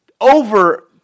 over